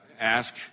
ask